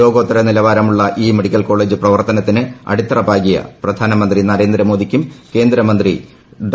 ലോകോത്തര നിലവാരമുള്ള ഈ മെഡിക്കൽകോളേജ് പ്രവർത്തനത്തിന് അടിത്തറ പാകിയ പ്രധാനമന്ത്രി നരേന്ദ്രമോദിക്കും കേന്ദ്ര ആരോഗൃമന്ത്രി ഡോ